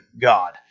God